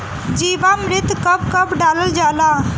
जीवामृत कब कब डालल जाला?